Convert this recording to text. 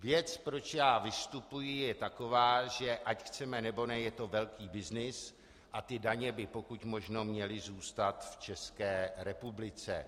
Věc, proč vystupuji, je taková, že, ať chceme, nebo ne, je to velký byznys a daně by pokud možno měly zůstat v České republice.